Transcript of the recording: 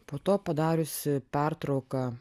po to padariusi pertrauką